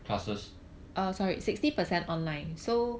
classes